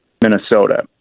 Minnesota